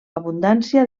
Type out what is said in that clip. abundància